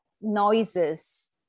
noises